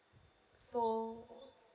so